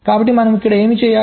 కాబట్టి మనం ఏమి చేయాలి